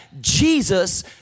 jesus